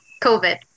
COVID